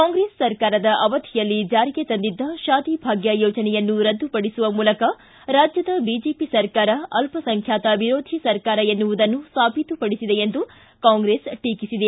ಕಾಂಗ್ರೆಸ್ ಸರ್ಕಾರದ ಅವಧಿಯಲ್ಲಿ ಜಾರಿಗೆ ತಂದಿದ್ದ ತಾದಿಭಾಗ್ಕ ಯೋಜನೆಯನ್ನು ರದ್ದುಪಡಿಸುವ ಮೂಲಕ ರಾಜ್ಯದ ಬಿಜೆಪಿ ಸರ್ಕಾರ ಅಲ್ಪಸಂಖ್ಯಾತ ವಿರೋಧಿ ಸರ್ಕಾರ ಎನ್ನುವುದನ್ನು ಸಾಬೀತುಪಡಿಸಿದೆ ಎಂದು ಕಾಂಗ್ರೆಸ್ ಟೀಕಿಸಿದೆ